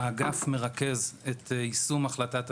האגף מרכז את יישום החלטת הממשלה,